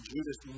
Judas